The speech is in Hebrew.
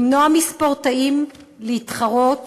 למנוע מספורטאים להתחרות